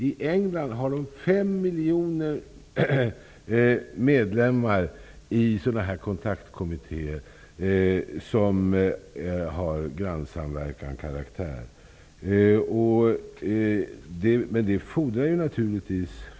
I England har sådana här kontaktkommittéer som har grannsamverkanskaraktär 500 miljoner medlemmar.